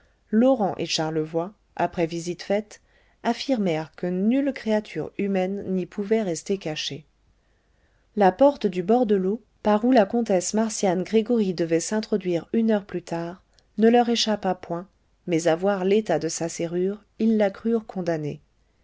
laurent et charlevoy après visite faite affirmèrent que nulle créature humaine n'y pouvait rester cachée la porte du bord de l'eau par où la comtesse marcian gregoryi devait s'introduire une heure plus tard ne leur échappa point mais à voir l'état de sa serrure ils la crurent condamnée